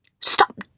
Stop